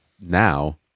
Now